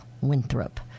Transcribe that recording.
Winthrop